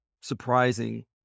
surprising